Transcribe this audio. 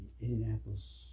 Indianapolis